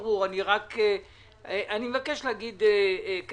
התכוונתי למשהו אחר בדיון הזה.